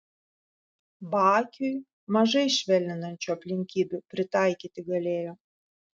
bakiui mažai švelninančių aplinkybių pritaikyti galėjo